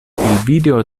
video